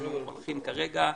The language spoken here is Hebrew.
אנחנו פותחים כרגע,